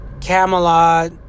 Camelot